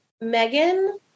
Megan